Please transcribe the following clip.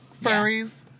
Furries